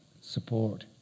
support